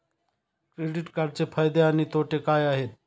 Credit कार्डचे फायदे आणि तोटे काय आहेत?